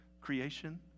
creation